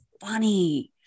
funny